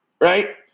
right